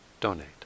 donate